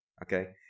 Okay